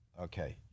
Okay